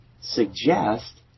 suggest